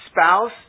spouse